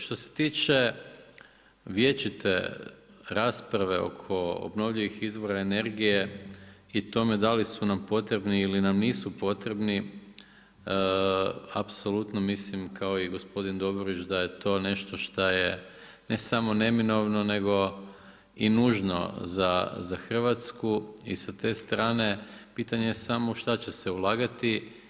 Što se tiče vječite rasprave oko obnovljivih izvora energije i tome da li su nam potrebni ili nam nisu potrebni apsolutno mislim kao i gospodin Dobrović da je to nešto šta je ne samo neminovno nego i nužno za Hrvatsku i sa te strane pitanje je samo u šta će se ulagati.